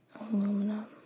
Aluminum